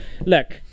Look